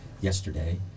yesterday